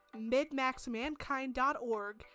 midmaxmankind.org